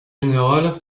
général